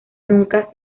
nunca